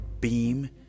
beam